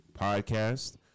Podcast